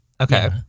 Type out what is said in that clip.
Okay